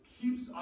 keeps